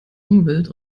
umwelt